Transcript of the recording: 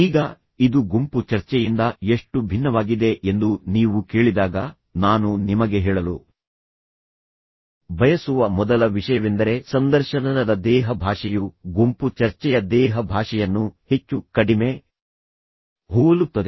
ಈಗ ಇದು ಗುಂಪು ಚರ್ಚೆಯಿಂದ ಎಷ್ಟು ಭಿನ್ನವಾಗಿದೆ ಎಂದು ನೀವು ಕೇಳಿದಾಗ ನಾನು ನಿಮಗೆ ಹೇಳಲು ಬಯಸುವ ಮೊದಲ ವಿಷಯವೆಂದರೆ ಸಂದರ್ಶನದ ದೇಹ ಭಾಷೆಯು ಗುಂಪು ಚರ್ಚೆಯ ದೇಹ ಭಾಷೆಯನ್ನು ಹೆಚ್ಚು ಕಡಿಮೆ ಹೋಲುತ್ತದೆ